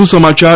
વધુ સમાચાર